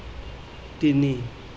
তিনি